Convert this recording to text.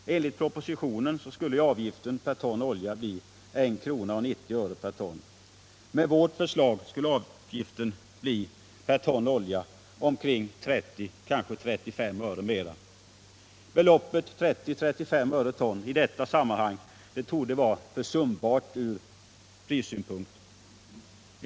Enligt propositionen skulle avgiften per ton olja bli 1,90 kr. Med vårt förslag blir avgiften per ton olja omkring 30-35 öre högre. Beloppet 30-35 öre/ton i detta sammanhang torde vara försumbart ur prissynpunkt.